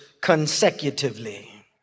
consecutively